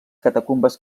catacumbes